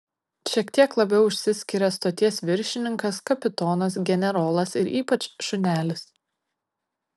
šiek tiek labiau išsiskiria stoties viršininkas kapitonas generolas ir ypač šunelis